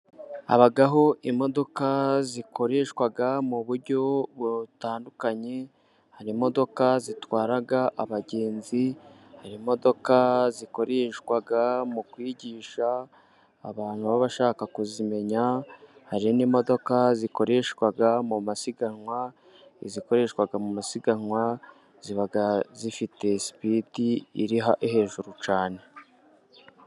Habaho imodoka zikoreshwa mu buryo butandukanye, hari imodoka zitwara abagenzi, imodoka zikoreshwa mu kwigisha abantu baba bashaka kuzimenya, hari n'imodoka zikoreshwa mu masiganwa, izikoreshwa mu masiganwa ziba zifite sipidi iri hejuru cyane.